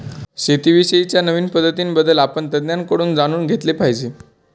शेती विषयी च्या नवीन पद्धतीं बद्दल आपण तज्ञांकडून जाणून घेतले पाहिजे